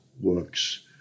works